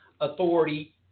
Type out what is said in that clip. authority